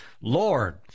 Lord